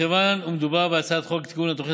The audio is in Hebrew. מכיוון שמדובר בהצעת חוק לתיקון התוכנית